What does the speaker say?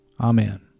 amen